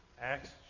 Acts